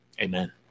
Amen